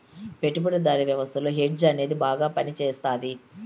పెట్టుబడిదారీ వ్యవస్థలో హెడ్జ్ అనేది బాగా పనిచేస్తది